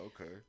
okay